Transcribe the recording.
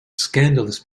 scandalous